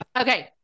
Okay